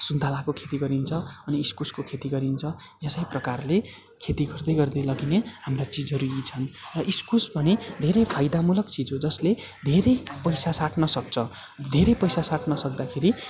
सुन्तलाको खेती गरिन्छ अनि इस्कुसको खेती गरिन्छ यसै प्रकारले खेती गर्दै गर्दै लगिने हाम्रा चिजहरू यी छन् र इस्कुस पनि धेरै फाइदामूलक चिज हो जसले धेरै पैसा साट्न सक्छ धेरै पैसा साट्नु सक्दाखेरि